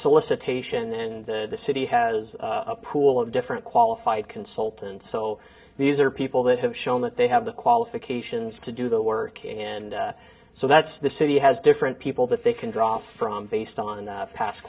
solicitation in the city has a pool of different qualified consultants so these are people that have shown that they have the qualifications to do the work and so that's the city has different people that they can draw from based on